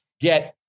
get